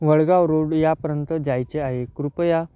Vadgaon road यापर्यंत जायचे आहे कृपया